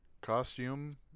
costume